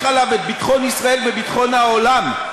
עליו את ביטחון ישראל וביטחון העולם,